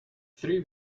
three